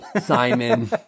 Simon